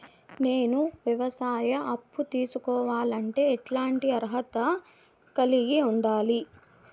నేను వ్యవసాయ అప్పు తీసుకోవాలంటే ఎట్లాంటి అర్హత కలిగి ఉండాలి?